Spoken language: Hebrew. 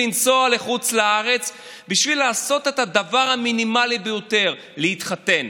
לנסוע לחוץ לארץ בשביל לעשות את הדבר המינימלי ביותר: להתחתן.